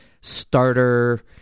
starter